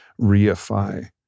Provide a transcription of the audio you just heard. reify